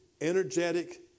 energetic